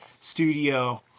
studio